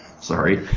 sorry